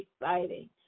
exciting